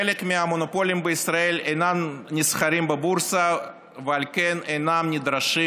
חלק מהמונופולים בישראל אינם נסחרים בבורסה ועל כן אינם נדרשים